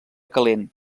calent